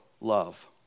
love